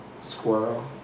Squirrel